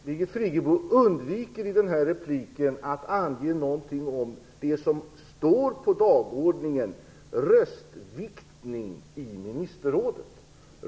Herr talman! Birgit Friggebo undviker nu att säga någonting om det som står på dagordningen, nämligen röstviktning i ministerrådet.